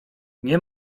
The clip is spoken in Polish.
nie